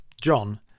John